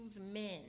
men